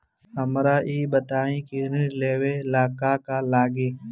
हमरा ई बताई की ऋण लेवे ला का का लागी?